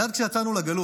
מייד כשיצאנו לגלות,